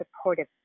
supportive